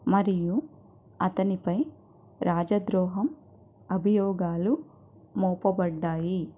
మరియు అతనిపై రాజా ద్రోహం అభియోగాలు మోపబడ్డాయి